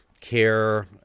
care